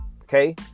Okay